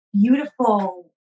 beautiful